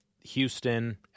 Houston